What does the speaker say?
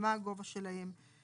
ומה הגובה שלהם.